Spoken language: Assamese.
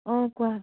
অঁ কোৱা